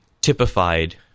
typified